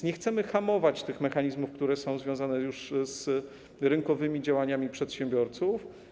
Nie chcemy więc hamować tych mechanizmów, które są już związane z rynkowymi działaniami przedsiębiorców.